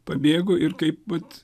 pabėgo ir kaip vat